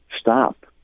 Stop